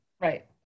right